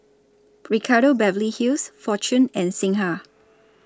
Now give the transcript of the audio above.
Ricardo Beverly Hills Fortune and Singha